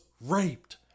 raped